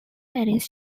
paris